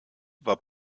war